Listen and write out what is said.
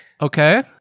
okay